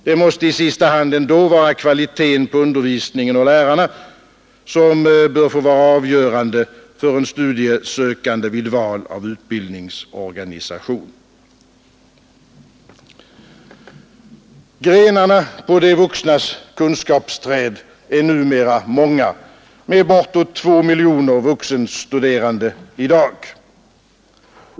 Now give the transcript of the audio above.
Det måste i sista hand ändå vara kvaliteten på undervisningen och lärarna som bör få vara avgörande för en studiesökande vid val av utbildningsorganisation. Grenarna på de vuxnas kunskapsträd är numera många med bortåt 2 miljoner vuxenstuderande i dag.